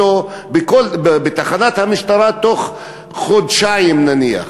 אותו בתחנת המשטרה תוך חודשיים נניח?